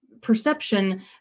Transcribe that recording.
perception